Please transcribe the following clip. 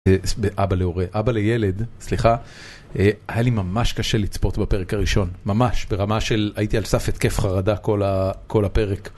אבא להורה, אבא לילד, סליחה, היה לי ממש קשה לצפות בפרק הראשון, ממש, ברמה של הייתי על סף התקף חרדה כל הפרק.